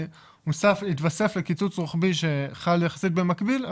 זה התווסף לקיצוץ רוחבי שחל יחסית במקביל,